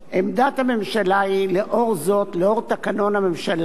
עמדת הממשלה היא, לאור תקנון הממשלה,